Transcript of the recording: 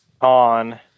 on